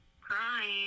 crying